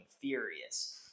furious